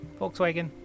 Volkswagen